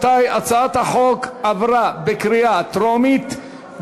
הצעת חוק הארכת תקופת זכות יוצרים